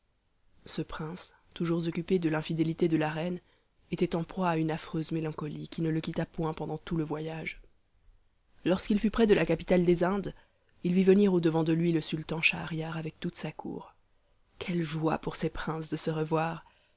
ce prince toujours occupé de l'infidélité de la reine était en proie à une affreuse mélancolie qui ne le quitta point pendant tout le voyage lorsqu'il fut près de la capitale des indes il vit venir audevant de lui le sultan schahriar avec toute sa cour quelle joie pour ces princes de se revoir